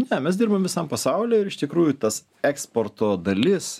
ne mes dirbam visam pasauliui ir iš tikrųjų tas eksporto dalis